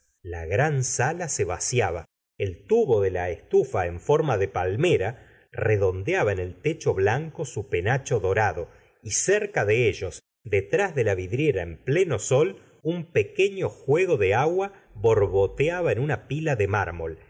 la gran sala se vaciaba el tubo de la estufa en forma de palmera redondeaba en el techo blanco su penacho dorado y cerca de ellos detrás de la vidriera en pleno sol un pequefto juego de agua borboteaba en una pila de mármol en